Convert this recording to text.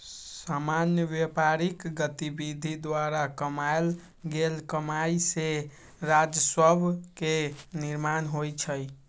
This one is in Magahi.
सामान्य व्यापारिक गतिविधि द्वारा कमायल गेल कमाइ से राजस्व के निर्माण होइ छइ